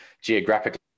geographically